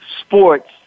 sports